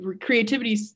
creativity